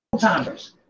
timers